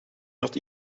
not